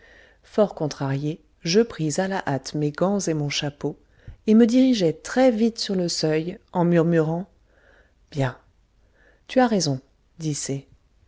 fort contrarié je pris à la hâte mes gants et mon chapeau et me dirigeai très vite sur le seuil en murmurant bien tu as raison dit